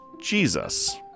Jesus